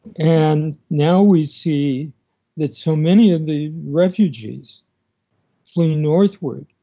and now we see that so many of the refugees flee northward,